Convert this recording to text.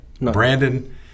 Brandon